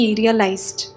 realized